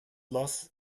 loss